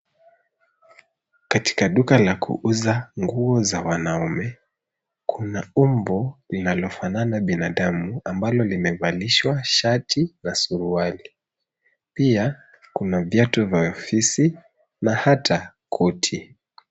Katika duka la kuuza nguo za wanaume, kuna umbo linalofanana binadamu, ambalo limevalishwa shati na suruali. Pia, kuna viatu vya ofisi na hata koti.